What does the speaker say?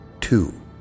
two